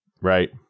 Right